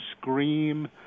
scream